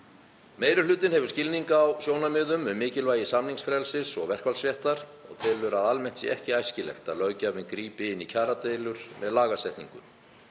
Meiri hlutinn hefur skilning á sjónarmiðum um mikilvægi samningsfrelsis og verkfallsréttar og telur að almennt sé ekki æskilegt að löggjafinn grípi inn í kjaradeilur með lagasetningu.